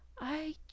I